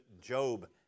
Job